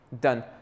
done